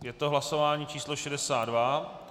Je to hlasování číslo 62.